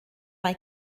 mae